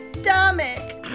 stomach